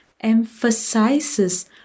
emphasizes